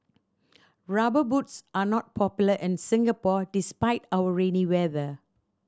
Rubber Boots are not popular in Singapore despite our rainy weather